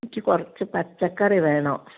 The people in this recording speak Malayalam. എനിക്ക് കുറച്ച് പച്ചക്കറി വേണം